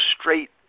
straight